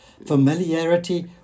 familiarity